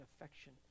affection